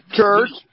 church